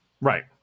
Right